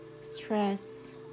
stress